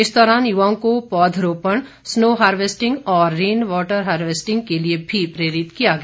इस दौरान युवाओं को पौधारोपण स्नो हार्वेसटिंग और रेन वाटर हार्वेसटिंग के लिए भी प्रेरित किया गया